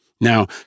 Now